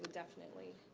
definitely.